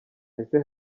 ese